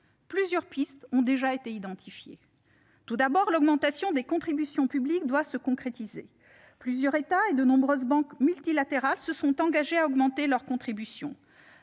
Plusieurs pistes ont déjà été identifiées. Tout d'abord, l'augmentation des contributions publiques doit se concrétiser. Plusieurs États et de nombreuses banques multilatérales se sont engagés à augmenter leur contribution.